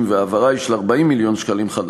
וההעברה היא של 40 מיליון ש"ח,